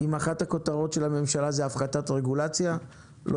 אם אחת הכותרות של הממשלה זה הפחתת רגולציה לא